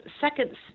second